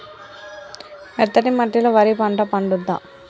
మెత్తటి మట్టిలో వరి పంట పండుద్దా?